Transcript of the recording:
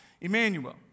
Emmanuel